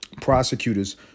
prosecutors